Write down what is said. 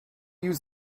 use